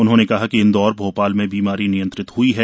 उन्होंने कहा कि इंदौर भोपाल में बीमारी नियंत्रित ह्ई है